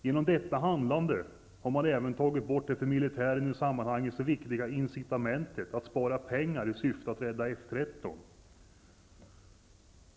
Genom detta handlande har man även tagit bort det för militären i sammanhanget så viktiga incitamentet att spara pengar i syfte att rädda F 13.